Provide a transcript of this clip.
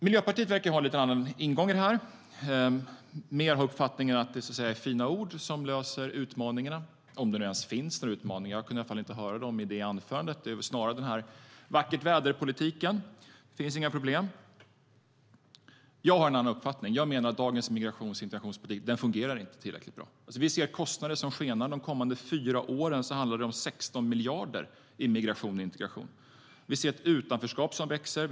Miljöpartiet verkar ha en lite annan ingång i det här, att mer ha uppfattningen att det är fina ord som löser utmaningarna, om det ens finns några utmaningar; jag kunde i alla fall inte höra några i anförandet. Det är snarare en vackert-väder-politik. Det finns inga problem. Jag har en annan uppfattning. Jag menar att dagens migrations och integrationspolitik inte fungerar tillräckligt bra. Vi ser kostnader som skenar. De kommande fyra åren handlar det om 16 miljarder i migration och integration. Vi ser ett utanförskap som växer.